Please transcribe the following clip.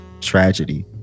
tragedy